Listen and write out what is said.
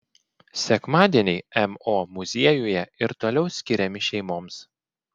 sekmadieniai mo muziejuje ir toliau skiriami šeimoms